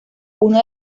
uno